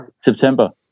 September